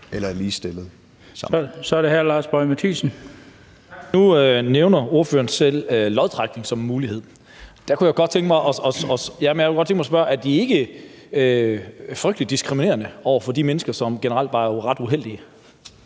Boje Mathiesen. Kl. 17:45 Lars Boje Mathiesen (NB): Nu nævner ordføreren selv lodtrækning som en mulighed. Der kunne jeg godt tænke mig at spørge, om det ikke er frygtelig diskriminerende over for de mennesker, som generelt bare er ret uheldige.